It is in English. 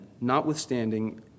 notwithstanding